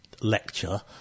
lecture